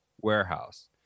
warehouse